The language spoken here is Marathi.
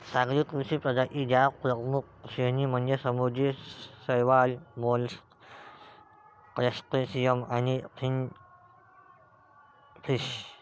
सागरी कृषी प्रजातीं च्या प्रमुख श्रेणी म्हणजे समुद्री शैवाल, मोलस्क, क्रस्टेशियन आणि फिनफिश